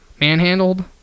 manhandled